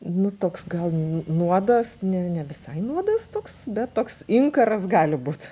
nu toks gal nuodas ne visai nuodas toks bet toks inkaras gali būt